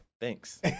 thanks